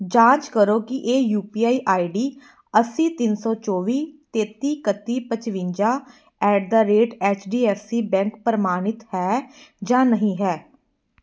ਜਾਂਚ ਕਰੋ ਕਿ ਇਹ U P I I D ਅੱਸੀ ਤਿੰਨ ਸੌ ਚੌਵੀ ਤੇਤੀ ਇਕੱਤੀ ਪਚਵੰਜਾ at the rate H D F C bank ਪ੍ਰਮਾਣਿਤ ਹੈ ਜਾਂ ਨਹੀਂ ਹੈ